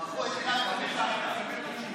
שמע, אני בקואליציה, מה לעשות.